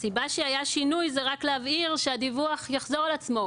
הסיבה שבגללה היה שינוי היא רק כדי להבהיר שהדיווח יחזור על עצמו,